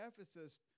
Ephesus